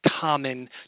common